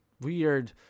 weird